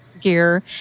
gear